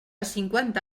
cinquanta